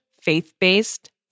Faith-Based